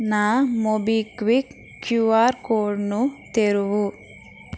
నా MobiKwik QR కోడ్ను తెరువు